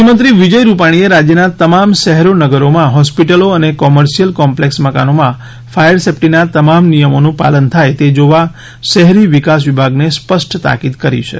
મુખ્યમંત્રી વિજય રૂપાણીએ રાજ્યના તમામ શહેરો નગરોમાં હોસ્પિટલો અને કોમર્શીયલ કોમ્પ્લેક્ષ મકાનોમાં ફાયર સેફટીના તમામ નિયમોનું પાલન થાય તે જોવા શહેરી વિકાસ વિભાગને સ્પષ્ટ તાકિદ કરી છે